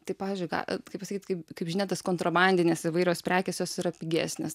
tai pavyzdžiui ką kaip pasakyt kaip kaip žinia tos kontrabandinės įvairios prekės jos yra pigesnės